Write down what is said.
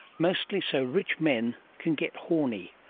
mostly so rich men can get horny,